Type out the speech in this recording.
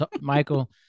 Michael